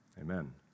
amen